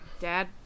Dad